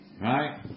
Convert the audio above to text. Right